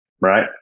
right